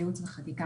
וייעוץ חקיקה,